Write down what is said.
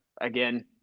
again